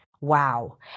Wow